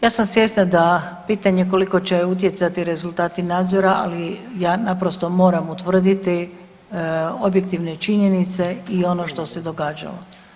Ja sam svjesna da pitanje koliko će utjecati rezultati nadzora, ali ja naprosto moram utvrditi objektivne činjenice i ono što se događalo.